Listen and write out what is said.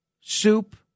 soup